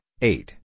eight